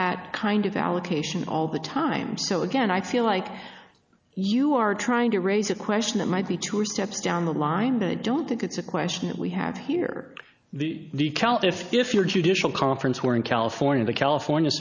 that kind of allocation all the time so again i feel like you are trying to raise a question that might be true are steps down the line don't think it's a question that we have here the if if your judicial conference were in california the california